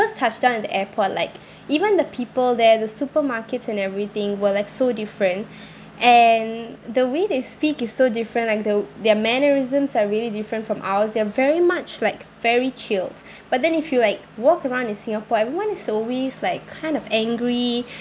touchdown in the airport like even the people there the supermarkets and everything were like so different and the way they speak is so different like the their mannerisms are really different from ours they're very much like very chilled but then if you like walk around in singapore everyone is always like kind of angry